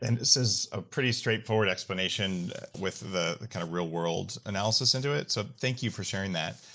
and this is a pretty straightforward explanation with the kind of real world analysis into it so thank you for sharing that.